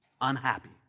unhappy